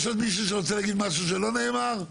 יש עוד מישהו שרוצה להגיד משהו שלא נאמר?